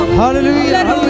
hallelujah